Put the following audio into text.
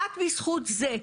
רק בזכות זה,